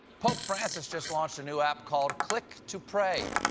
pope francis just launched a new app called, click to pray.